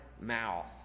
mouth